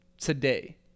today